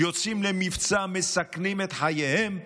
יוצאים למבצע ומסכנים את חייהם,